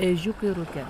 ežiukai rūke